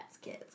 kids